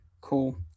Cool